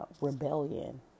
rebellion